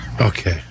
Okay